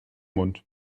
mund